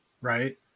right